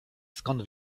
skąd